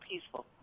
peaceful